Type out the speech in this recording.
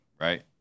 right